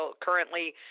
currently